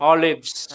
Olives